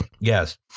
Yes